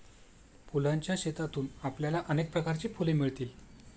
फुलांच्या शेतातून आपल्याला अनेक प्रकारची फुले मिळतील